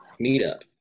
meetup